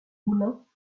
moulins